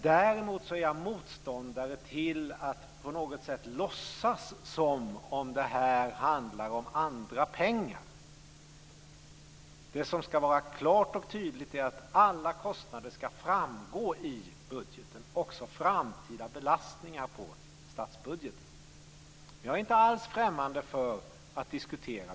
Däremot är jag motståndare till att man på något sätt låtsas som om detta handlar om andra pengar. Det hela ska vara klart och tydligt. Alla kostnader ska framgå i budgeten - också framtida belastningar på statsbudgeten. Men jag är inte alls främmande för att diskutera.